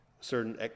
certain